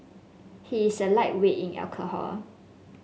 he is a lightweight in alcohol